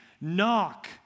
knock